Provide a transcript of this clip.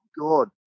God